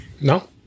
No